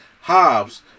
Hobbs